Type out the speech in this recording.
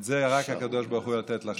את זה רק הקדוש ברוך הוא יכול לתת לך.